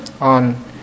on